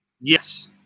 Yes